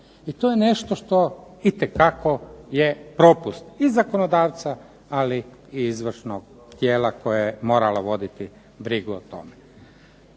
I to je nešto što itekako je propust i zakonodavca, ali i izvršnog tijela koje je moralo voditi brigu o tome.